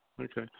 Okay